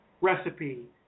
recipe